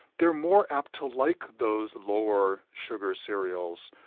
they're more apt to like those lower sugar cereals.